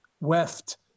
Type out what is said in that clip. weft